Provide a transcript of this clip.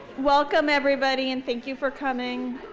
welcome, everybody. and thank you for coming.